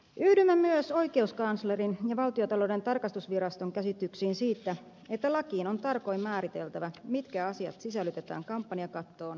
yhdymme myös oikeuskanslerin ja valtiontalouden tarkastusviraston käsityksiin siitä että lakiin on tarkoin määriteltävä mitkä asiat sisällytetään kampanjakattoon ja mitkä ei